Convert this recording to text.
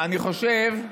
אני חושב,